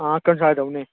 हां कनसाल रौह्न्ने